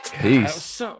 Peace